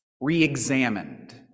re-examined